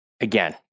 again